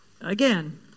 again